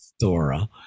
Thora